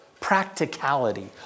practicality